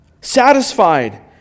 Satisfied